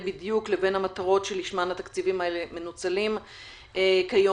בדיוק לבין המטרות שלשמן התקציבים האלה מנוצלים היום.